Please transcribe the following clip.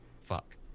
Fuck